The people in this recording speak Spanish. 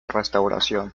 restauración